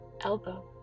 Elbow